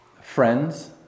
friends